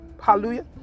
Hallelujah